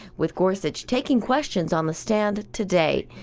with gorsuch taking questions on the stand today.